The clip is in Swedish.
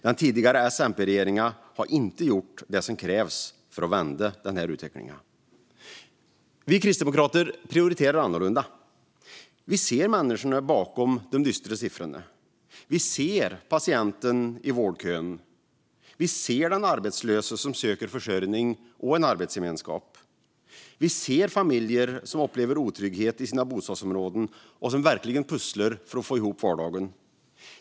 Den tidigare S-MP-regeringen har inte gjort det som krävs för att vända utvecklingen. Vi kristdemokrater prioriterar annorlunda. Vi ser människorna bakom de dystra siffrorna. Vi ser patienten i vårdkön. Vi ser den arbetslöse som söker försörjning och en arbetsgemenskap. Vi ser familjer som upplever otrygghet i sina bostadsområden och som verkligen pusslar för att få ihop vardagen.